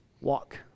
walk